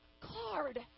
card